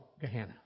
Gehenna